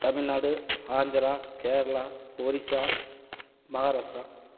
Tamil Nadu Andhra Kerala Odisha Maharashtra